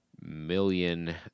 million